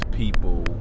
people